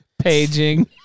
Paging